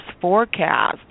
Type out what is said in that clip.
forecast